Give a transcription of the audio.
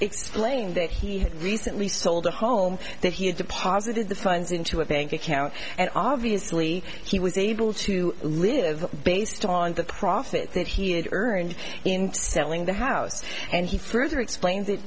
explained that he had recently sold a home that he had deposited the funds into a bank account and obviously he was able to live based on the profit that he had earned in selling the house and he further explain